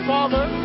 Father